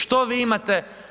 Što vi imate?